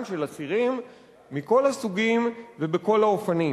של אסירים מכל הסוגים ובכל האופנים.